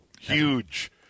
huge